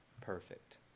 perfect